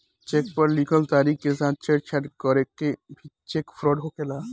check पर लिखल तारीख के साथ छेड़छाड़ करके भी चेक फ्रॉड होखेला